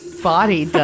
body